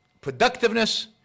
productiveness